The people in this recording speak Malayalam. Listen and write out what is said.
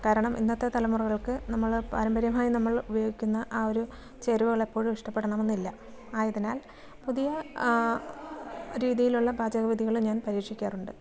കാരണം ഇന്നത്തെ തലമുറകൾക്ക് നമ്മൾ പാരമ്പര്യമായി നമ്മളുപയോഗിക്കുന്ന ആ ഒരു ചേരുവകൾ എപ്പോഴും ഇഷ്ടപ്പെടണമെന്നില്ല ആയതിനാൽ പുതിയ രീതിയിലുള്ള പാചക വിദ്യകളും ഞാൻ പരീക്ഷിക്കാറുണ്ട്